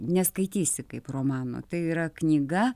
neskaitysi kaip romano tai yra knyga